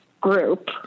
group